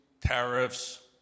tariffs